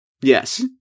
Yes